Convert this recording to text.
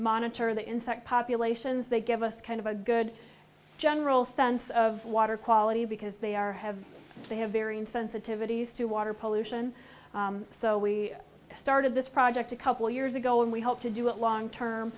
monitor the insect populations they give us kind of a good general sense of water quality because they are have they have varying sensitivities to water pollution so we started this project a couple years ago and we hope to do it long term